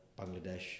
Bangladesh